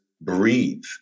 breathe